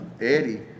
Eddie